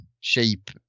shape